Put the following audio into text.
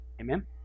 Amen